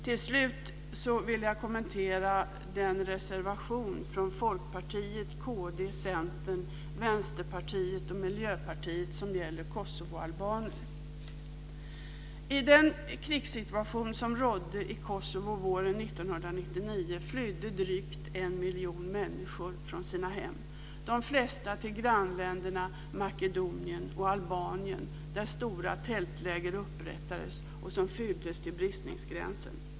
Till slut vill jag kommentera den reservation från I den krigssituation som rådde i Kosovo våren 1999 flydde drygt 1 miljon människor från sina hem, de flesta till grannländerna Makedonien och Albanien, där stora tältläger upprättades och fylldes till bristningsgränsen.